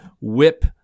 whip